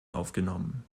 aufgenommen